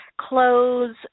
clothes